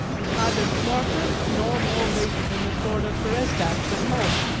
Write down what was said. is neither sharper nor more weighty than the sword of pharezdak the poet.